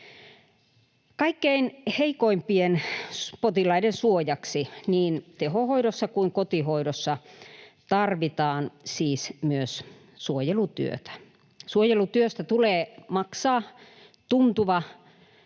Kaikkein heikoimpien potilaiden suojaksi niin tehohoidossa kuin kotihoidossa tarvitaan siis myös suojelutyötä. Suojelutyöstä tulee maksaa tuntuva,